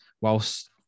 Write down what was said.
whilst